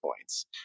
points